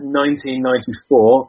1994